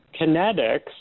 Kinetics